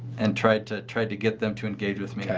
and try to try to get them to engage with me. yeah